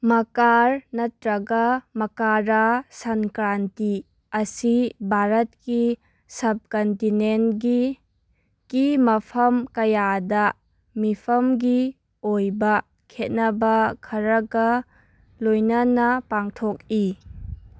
ꯃꯀꯥꯔ ꯅꯠꯇ꯭ꯔꯒ ꯃꯀꯥꯔꯥ ꯁꯪꯀ꯭ꯔꯥꯟꯇꯤ ꯑꯁꯤ ꯚꯥꯔꯠꯀꯤ ꯁꯕ ꯀꯟꯇꯤꯅꯦꯟꯒꯤ ꯀꯤ ꯃꯐꯝ ꯀꯌꯥꯗ ꯃꯤꯐꯝꯒꯤ ꯑꯣꯏꯕ ꯈꯦꯠꯅꯕ ꯈꯔꯒ ꯂꯣꯏꯅꯅ ꯄꯥꯡꯊꯣꯛꯏ